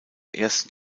ersten